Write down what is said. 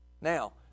Now